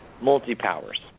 multi-powers